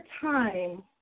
time